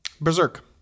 Berserk